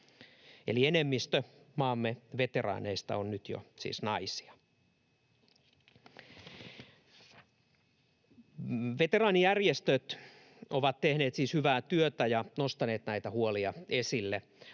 Eli enemmistö maamme veteraaneista on nyt jo siis naisia. Veteraanijärjestöt ovat tehneet hyvää työtä ja nostaneet näitä huolia esille.